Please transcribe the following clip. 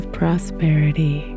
prosperity